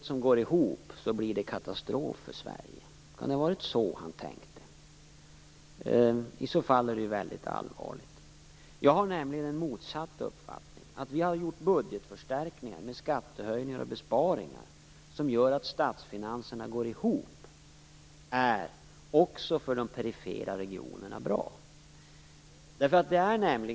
Kan han ha tänkt att det blir katastrof för Sverige om man har en budget som går ihop? I så fall är det väldigt allvarligt. Jag har nämligen en motsatt uppfattning. Att vi har gjort budgetförstärkningar med skattehöjningar och besparingar, vilket gör att statsfinanserna går ihop, är bra också för de perifera regionerna.